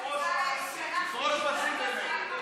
אני מבקש להוציא אותו